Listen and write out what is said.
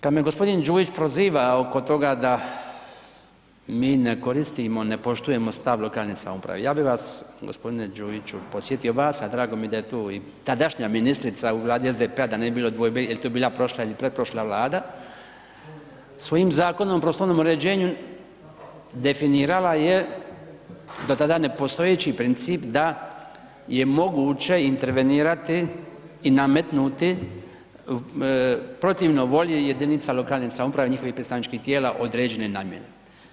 Kad me gospodin Đujić proziva oko toga da mi ne koristimo, ne poštujemo stav lokalne samouprave, ja bih vas gospodine Đujiću podsjetio vas, a drago mi je da je tu i tadašnja ministrica u vladi SDP-a da ne bi bilo dvojbe, jel to bila prošla ili pretprošla vlada, svojim Zakonom o prostornom uređenju definirala je do tada nepostojeći princip da je moguće intervenirati i nametnuti protivno volji jedinica lokalne samouprave i njihovih predstavničkih tijela određene namjene.